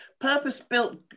purpose-built